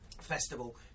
festival